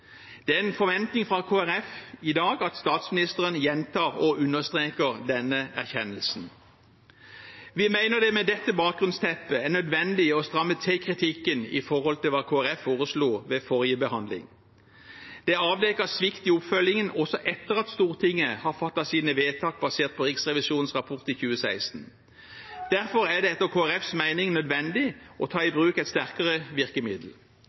Det er en forventning fra Kristelig Folkeparti i dag om at statsministeren gjentar og understreker denne erkjennelsen. Vi mener det med dette bakteppet er nødvendig å stramme til kritikken, i forhold til hva Kristelig Folkeparti foreslo ved forrige behandling. Det er avdekket svikt i oppfølgingen også etter at Stortinget fattet sine vedtak basert på Riksrevisjonens rapport i 2016. Derfor er det etter Kristelig Folkepartis mening nødvendig å ta i bruk et sterkere virkemiddel.